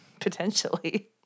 Potentially